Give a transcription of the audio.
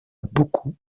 beaucoup